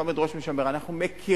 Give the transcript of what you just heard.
בראשה עומד ראש ממשלה שאומר: אנו מכירים